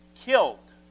killed